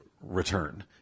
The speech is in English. return